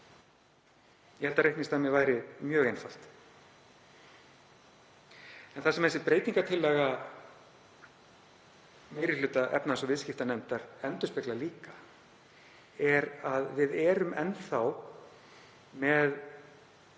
Ég held að reikningsdæmið væri mjög einfalt. Það sem þessi breytingartillaga meiri hluta efnahags- og viðskiptanefndar endurspeglar líka er að við erum enn þá með